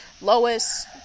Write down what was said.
Lois